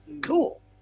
Cool